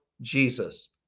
Jesus